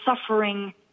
suffering